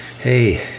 Hey